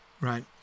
Right